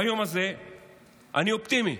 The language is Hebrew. ביום הזה אני אופטימי,